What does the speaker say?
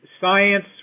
science